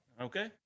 Okay